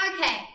Okay